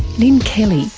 lynne kelly,